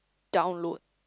download